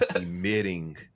emitting